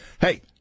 Hey